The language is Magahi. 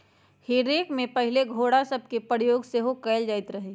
हे रेक में पहिले घोरा सभके प्रयोग सेहो कएल जाइत रहै